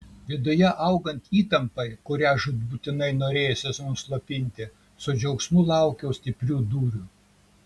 viduje augant įtampai kurią žūtbūtinai norėjosi nuslopinti su džiaugsmu laukiau stiprių dūrių